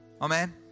Amen